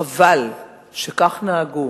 חבל שכך נהגו